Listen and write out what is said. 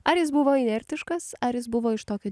ar jis buvo inertiškas ar jis buvo iš tokio